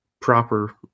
proper